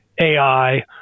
AI